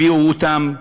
הביאו אותם,